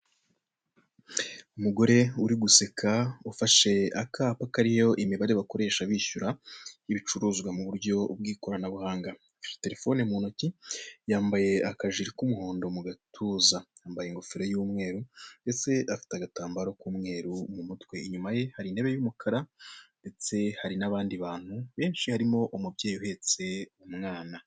Umugore uri guseka, ufashe apaka kariyo imibare bakoresha bishyura ibicuruzwa mu buryo bw'ikoranabuhanga. Afite telefone mu ntoki, yambaye akajiri k'umuhondo mu gatuza. Yambaye ingofero y'umweru, ndetse afite agatambaro k'umweru mu mutwe. Inyuma ye hari intebe y'umukara, ndetse hari n'abandi bantu benshi, harimo umubyeyi uhetse umwana.